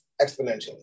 exponentially